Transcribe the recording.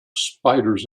spiders